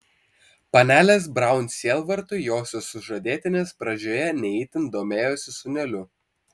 panelės braun sielvartui josios sužadėtinis pradžioje ne itin domėjosi sūneliu